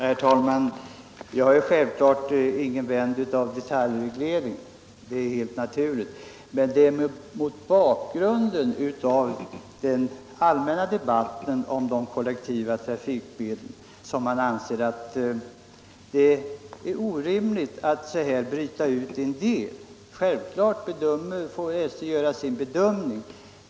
Herr talman! Jag är självfallet ingen vän av detaljreglering. Men det kan mot bakgrund av den allmänna debatten om de kollektiva trafikmedlen betraktas som orimligt att så här bryta ut en del. Givetvis får SJ göra sin bedömning.